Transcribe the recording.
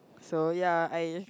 so ya I